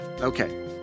Okay